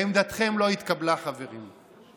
עמדתכם לא התקבלה, חברים.